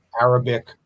Arabic